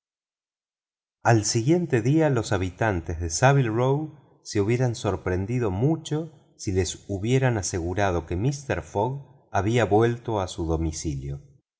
al siguiente día los habitantes de saville row se hubieran sorprendido mucho si les hubieran asegurado que mister fogg había vuelto a su domicilio